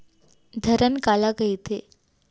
धरण काला कहिथे?